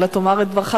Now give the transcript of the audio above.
אלא תאמר את דברך,